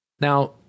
Now